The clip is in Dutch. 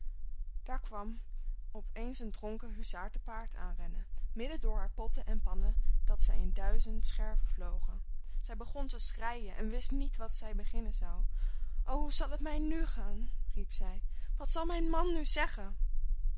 daar kwam op eens een dronken huzaar te paard aanrennen midden door haar potten en pannen dat zij in duizend scherven vlogen zij begon te schreien en wist niet wat zij beginnen zou o hoe zal het mij nu gaan riep zij wat zal mijn man nu zeggen